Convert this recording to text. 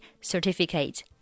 Certificate